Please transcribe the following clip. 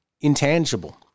intangible